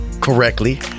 correctly